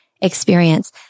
experience